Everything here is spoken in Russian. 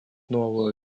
новую